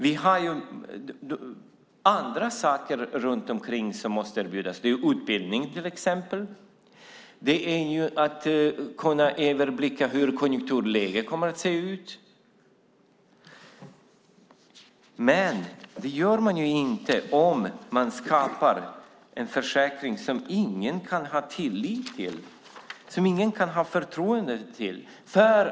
Man måste erbjuda andra saker runt omkring, till exempel utbildning och att kunna överblicka hur konjunkturläget kommer att se ut. Det gör man inte om man skapar en försäkring som ingen kan ha tillit till och förtroende för.